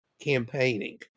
campaigning